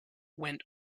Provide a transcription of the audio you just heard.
went